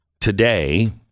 today